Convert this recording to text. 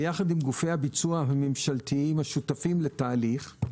ביחד עם גופי הביצוע הממשלתיים השותפים לתהליך,